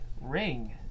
ring